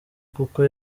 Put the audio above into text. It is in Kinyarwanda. kuko